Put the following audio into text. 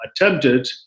attempted